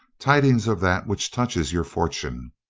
tidings of that which touches your fortune.